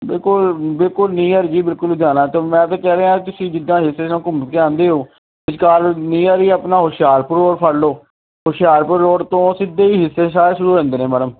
ਬਿਲਕੁਲ ਬਿਲਕੁਲ ਨੀਅਰ ਜੀ ਬਿਲਕੁਲ ਲੁਧਿਆਣਾ ਤੋਂ ਮੈਂ ਫਿਰ ਕਹਿ ਰਿਹਾ ਤੁਸੀਂ ਜਿੱਦਾ ਹਿਲ ਸਟੇਸ਼ਨ ਘੁੰਮ ਕੇ ਆਉਂਦੇ ਹੋ ਨੀਅਰ ਹੀ ਆਪਣਾ ਹੁਸ਼ਿਆਰਪੁਰ ਔਰ ਫੜ ਲਓ ਹੁਸ਼ਿਆਰਪੁਰ ਰੋਡ ਤੋਂ ਸਿੱਧੇ ਹੀ ਹਿੱਸੇ ਸ਼ਾਹ ਸ਼ੁਰੂ ਹੁੰਦੇ ਨੇ ਮੈਡਮ